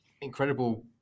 incredible